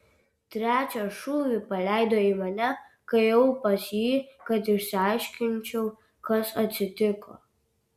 trečią šūvį paleido į mane kai ėjau pas jį kad išsiaiškinčiau kas atsitiko